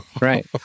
right